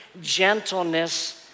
gentleness